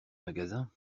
magasin